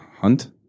hunt